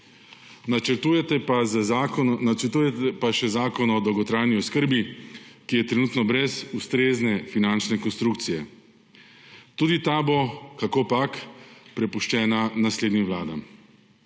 Načrtujete pa še Zakon o dolgotrajni oskrbi, ki je trenutno brez ustrezne finančne konstrukcije. Tudi ta bo, kakopak, prepuščena naslednjim vladam.